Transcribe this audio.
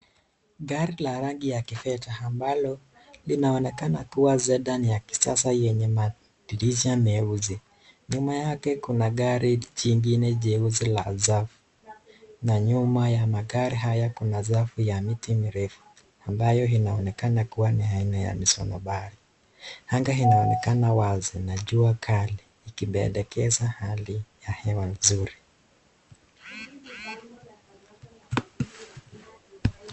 Gari la rangi ya kifedha ambalo linaonekana kua Sedan ya kisasa yenye madirisha meusi. Nyuma yake kuna gari jingine jeusi la na nyuma ya magari haya kuna safu ya miti mirefu ambayo inaonekana kua ni aina ya misonobari. Anga inaonekana wazi na jua kali ikipendekeza hali ya hewa nzuri.